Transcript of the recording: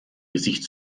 gesicht